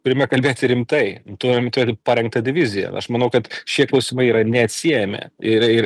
turime kalbėti rimtai turim tur parengtą diviziją aš manau kad šie klausimai yra neatsiejami ir ir